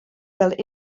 fel